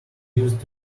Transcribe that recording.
used